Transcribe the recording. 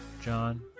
John